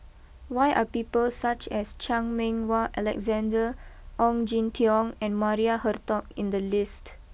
why are people such as Chan Meng Wah Alexander Ong Jin Teong and Maria Hertogh in the list